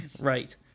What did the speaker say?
Right